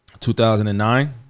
2009